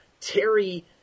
Terry